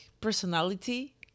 personality